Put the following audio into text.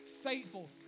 faithful